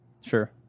Sure